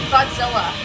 Godzilla